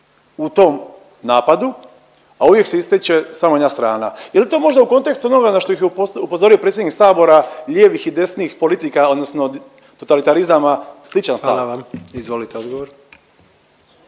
Hvala. Izvolite odgovor.